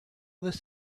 this